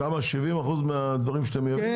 שם 70% מהדברים שאתם מייבאים?